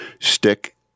stick